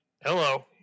Hello